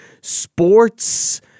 sports